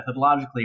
methodologically